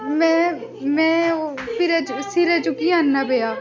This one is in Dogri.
मै मै ओह् सिरै सिरै चुक्कियै आह्नना पेआ